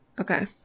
Okay